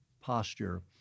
posture